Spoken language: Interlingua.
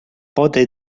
pote